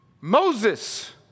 Moses